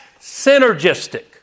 synergistic